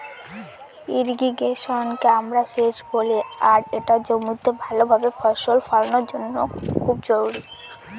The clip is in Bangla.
ইর্রিগেশনকে আমরা সেচ বলি আর এটা জমিতে ভাল ভাবে ফসল ফলানোর জন্য খুব জরুরি